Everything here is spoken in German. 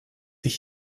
ich